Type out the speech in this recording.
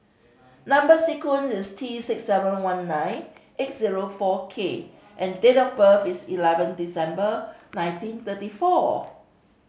number sequence is T six seven one nine eight zero four K and date of birth is eleven December nineteen thirty four